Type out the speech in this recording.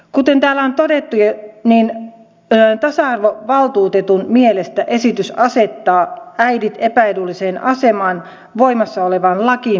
kuten täällä on todettu niin tasa arvovaltuutetun mielestä esitys asettaa äidit epäedulliseen asemaan voimassa olevaan lakiin verrattuna